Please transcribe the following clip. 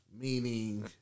Meaning